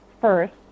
first